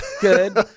Good